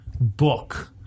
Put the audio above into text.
book